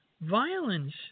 violence